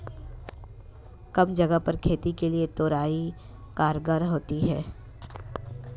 कम जगह पर खेती के लिए तोरई कारगर होती है